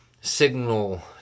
signal